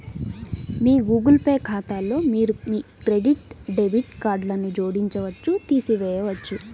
మీ Google Pay ఖాతాలో మీరు మీ క్రెడిట్, డెబిట్ కార్డ్లను జోడించవచ్చు, తీసివేయవచ్చు